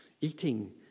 eating